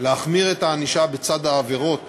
להחמיר את הענישה בצד העבירות